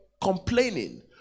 complaining